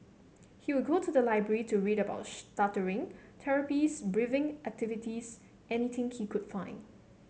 he would go to the library to read about stuttering therapies breathing activities anything he could find